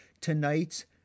tonight's